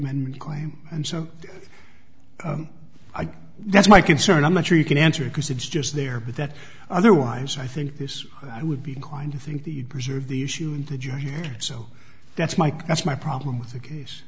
ment claim and so i think that's my concern i'm not sure you can answer because it's just there but that otherwise i think this i would be inclined to think the reserve the issue that you hear so that's mike that's my problem with the case